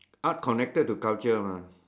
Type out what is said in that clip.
art connected to culture mah